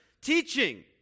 teaching